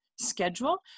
schedule